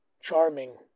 charming